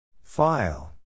File